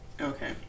okay